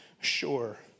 sure